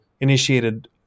initiated